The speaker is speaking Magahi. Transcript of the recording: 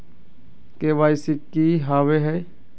के.वाई.सी की हॉबे हय?